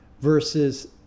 versus